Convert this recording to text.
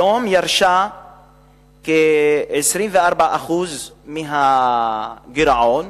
היום ירשה כ-24% מהגירעון,